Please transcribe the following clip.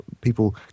people